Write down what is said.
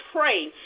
pray